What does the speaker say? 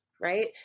right